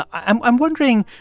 i'm i'm wondering,